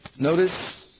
Notice